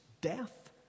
death